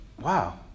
wow